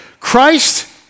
Christ